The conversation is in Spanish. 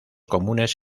comunes